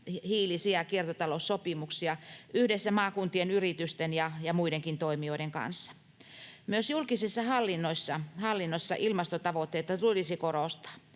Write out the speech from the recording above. vähähiilisiä kiertotaloussopimuksia yhdessä maakuntien yritysten ja muidenkin toimijoiden kanssa. Myös julkisessa hallinnossa ilmastotavoitteita tulisi korostaa.